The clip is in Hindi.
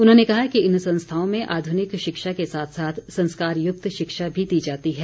उन्होंने कहा कि इन संस्थाओं में आधूनिक शिक्षा के साथ साथ संस्कारयुक्त शिक्षा भी दी जाती है